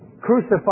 crucified